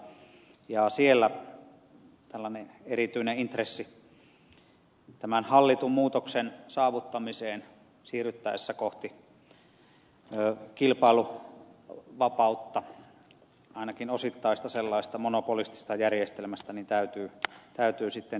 siellä oli tällainen erityinen intressi että tämän hallitun muutoksen saavuttamiseksi täytyy siirtyä ainakin osittaisesta monopolistisesta järjestelmästä kohti kilpailunvapautta